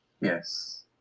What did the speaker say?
Yes